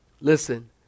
Listen